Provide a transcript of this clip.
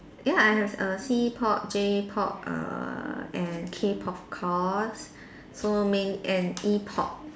ya I have err C-pop J-pop err and K-pop of course so main and E-pop